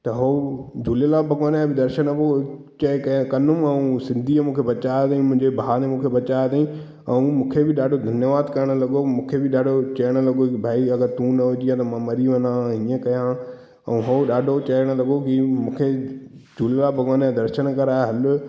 त हो झूलेलाल भॻवान जा बि दर्शन पोइ कै कै कंदमि सिंधीअ मूंखे बचायो अथईं मुंहिंजे भाउ ने मूंखे बचायो अथईं ऐं मूंखे बि ॾाढो धन्यवाद करणु लॻो मूंखे बि ॾाढो चवण लॻो की भाई अगरि तू न हुजे आं त मां मरी वञां हां हीअं कया ऐं हो ॾाढो चवण लॻो की मूंखे झूलेलाल भॻवान जा दर्शन कराए हलु